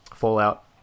Fallout